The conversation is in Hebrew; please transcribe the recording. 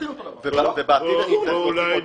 מותר לי למכור?